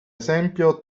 esempio